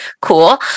cool